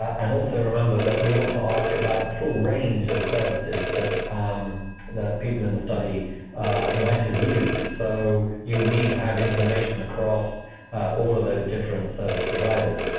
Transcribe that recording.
and also, remember that we want to ask about the full range of services that um that people in the study might have used. so you would need to have information across all of those different service providers.